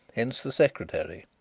hence the secretary.